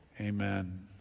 Amen